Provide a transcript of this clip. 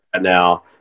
now